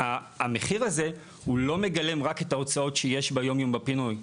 המחיר הזה הוא לא מגלם רק את ההוצאות שיש ביום-יום בפינוי.